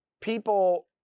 People